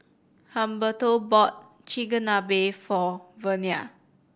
Humberto bought Chigenabe for Vernia